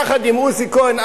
יחד עם עוזי כהן,